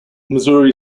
missouri